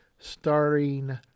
Starring